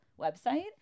website